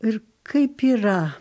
ir kaip yra